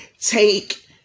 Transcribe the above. take